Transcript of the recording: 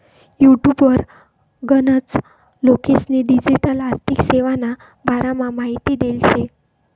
युटुबवर गनच लोकेस्नी डिजीटल आर्थिक सेवाना बारामा माहिती देल शे